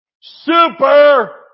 super